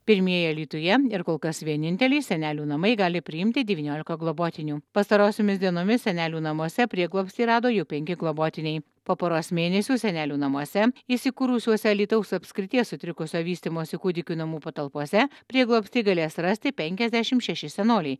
pirmieji alytuje ir kol kas vieninteliai senelių namai gali priimti devyniolika globotinių pastarosiomis dienomis senelių namuose prieglobstį rado jau penki globotiniai po poros mėnesių senelių namuose įsikūrusiuose alytaus apskrities sutrikusio vystymosi kūdikių namų patalpose prieglobstį galės rasti penkiasdešim šeši senoliai